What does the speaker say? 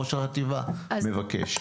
ראש החטיבה מבקש?